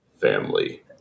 family